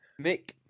Mick